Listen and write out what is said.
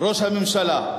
ראש הממשלה.